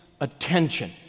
attention